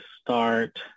start